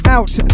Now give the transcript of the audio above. Out